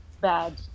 bad